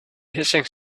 hissing